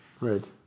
Right